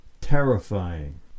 Terrifying